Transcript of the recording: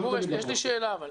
לא תמיד אנחנו מצליחים.